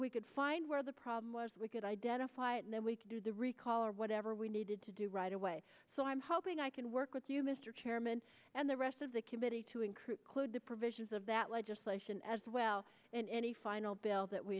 we could find where the problem was we could identify it and then we could do the recall or whatever we needed to do right away so i'm hoping i can work with you mr chairman and the rest of the committee to include the provisions of that legislation as well and any final bill that we